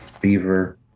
beaver